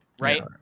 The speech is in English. right